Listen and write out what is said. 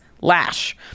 lash